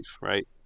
right